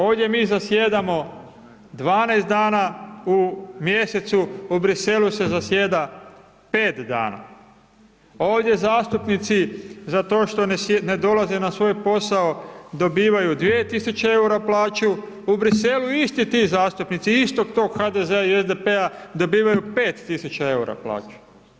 Ovdje mi zasjedamo 12 dana u mjesecu, u Briselu se zasjeda 5 dana, ovdje zastupnici za to što ne dolaze na svoj posao dobivaju 2.000 EUR-a plaću, u Briselu isti ti zastupnici, istog tog HDZ-a i SDP-a dobivaju 5.000 EUR-a plaću.